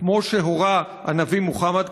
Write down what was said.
כמו שהורה הנביא מוחמד.